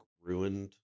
ruined